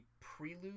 prelude